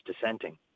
dissenting